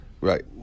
right